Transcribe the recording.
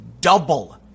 double